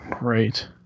Right